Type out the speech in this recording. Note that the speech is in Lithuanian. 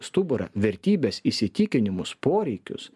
stuburą vertybes įsitikinimus poreikius